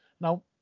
Now